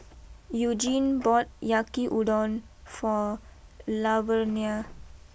Eugene bought Yakiudon for Laverna